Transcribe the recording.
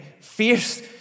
fierce